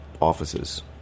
offices